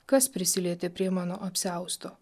kas prisilietė prie mano apsiausto